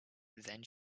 then